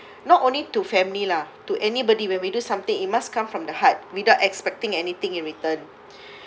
not only to family lah to anybody where we do something it must come from the heart without expecting anything in return